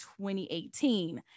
2018